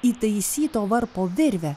įtaisyto varpo virvę